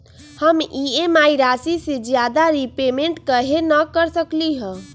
हम ई.एम.आई राशि से ज्यादा रीपेमेंट कहे न कर सकलि ह?